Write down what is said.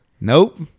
Nope